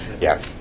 Yes